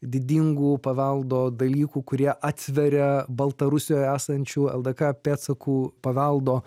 didingų paveldo dalykų kurie atsveria baltarusijoje esančių ldk pėdsakų paveldo